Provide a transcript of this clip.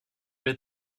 les